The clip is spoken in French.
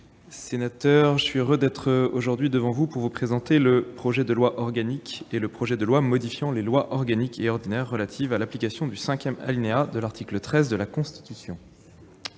sénateurs, je suis heureux d'être aujourd'hui devant vous pour vous présenter le projet de loi organique et le projet de loi modifiant les lois organique et ordinaire relatives à l'application du cinquième alinéa de l'article 13 de la Constitution.